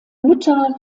mutter